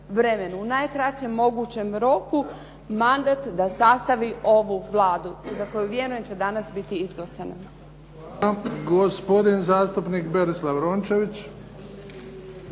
u najkraćem mogućem roku mandat da sastavi ovu Vladu za koju vjerujem da će danas biti izglasana.